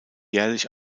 jährlich